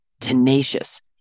tenacious